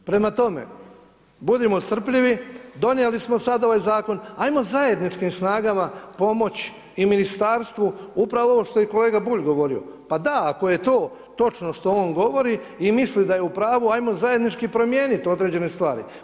Prema tome, budimo strpljivi, donijeli smo sad ovaj zakon, ajmo zajedničkim snagama pomoći i ministarstvu upravo ovo što je i kolega Bulj govorio, pa da ako je to točno što on govori i misli da je u pravu, ajmo zajednički promijeniti određene stvari.